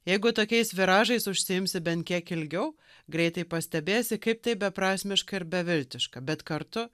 jeigu tokiais viražais užsiimsi bent kiek ilgiau greitai pastebėsi kaip tai beprasmiška ir beviltiška bet kartu